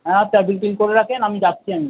হ্যাঁ আচ্ছা বিল টিল করে রাখুন আমি যাচ্ছি আমি